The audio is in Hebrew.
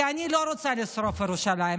כי אני לא רוצה לשרוף את ירושלים,